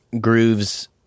grooves